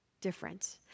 different